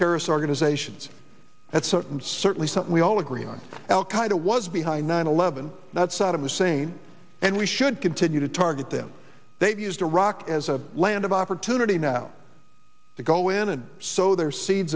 terrorist organizations that's certain certainly something we all agree on al qaeda was behind nine eleven that saddam hussein and we should continue to target them they've used iraq as a land of opportunity now to go in and so there seeds